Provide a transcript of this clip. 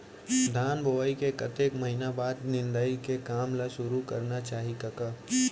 धान बोवई के कतेक महिना बाद निंदाई के काम ल सुरू करना चाही कका?